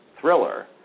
thriller